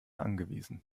angewiesen